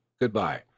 good-bye